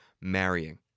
marrying